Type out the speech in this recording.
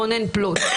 רונן פלוט.